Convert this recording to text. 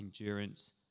endurance